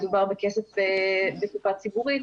מדובר בכסף מקופה ציבורית,